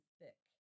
thick